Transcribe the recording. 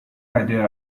idea